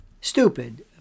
stupid